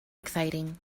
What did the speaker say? exciting